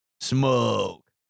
Smoke